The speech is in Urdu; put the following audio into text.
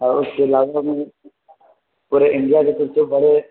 اور اس کے علاوہ پورے انڈیا کے سب سے بڑے